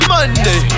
Monday